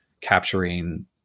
capturing